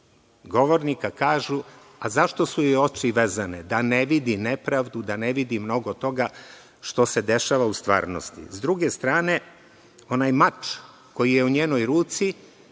govornika kažu - a zašto su joj oči vezane? Da ne vidi nepravdu, da ne vidi mnogo toga što se dešava u stvarnosti. S druge strane, onaj mač koji je u njenoj ruci,